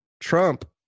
Trump